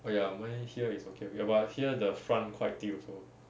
oh ya mine here is okay ya but here the front quite thick also